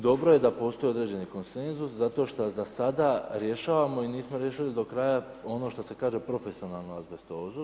Dobro je da postoji određeni konsenzus zato što za sada rješavamo i nismo riješili do kraja ono što se kaže profesionalno azbestozu.